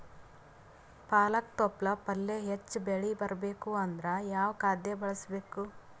ಪಾಲಕ ತೊಪಲ ಪಲ್ಯ ಹೆಚ್ಚ ಬೆಳಿ ಬರಬೇಕು ಅಂದರ ಯಾವ ಖಾದ್ಯ ಬಳಸಬೇಕು?